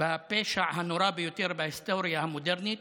בפשע הנורא ביותר בהיסטוריה המודרנית,